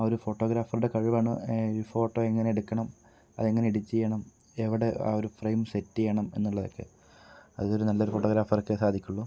ആ ഒരു ഫോട്ടോഗ്രാഫർടെ കഴിവാണ് ഈ ഫോട്ടോ എങ്ങനെ എടുക്കണം അതെങ്ങനെ എഡിറ്റ് ചെയ്യണം എവിടെ ആ ഒരു ഫ്രെയിം സെറ്റ് ചെയ്യണം എന്ന്ള്ളതൊക്കെ അതൊരു നല്ല ഒരു ഫോട്ടോഗ്രാഫർക്കെ സാധിക്കുള്ളു